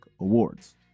Awards